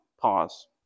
pause